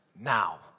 now